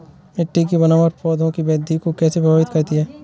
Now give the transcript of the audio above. मिट्टी की बनावट पौधों की वृद्धि को कैसे प्रभावित करती है?